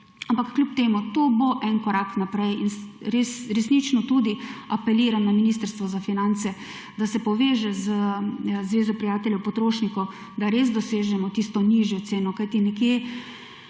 ampak kljub temu to bo en korak naprej in resnično tudi apeliram na Ministrstvo za finance, da se poveže z Zvezo prijateljev potrošnikov, da res dosežemo tisto nižjo ceno, kajti nekje